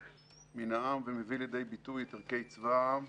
מן העם ומביא לידי ביטוי את ערכי צבא העם,